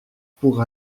pour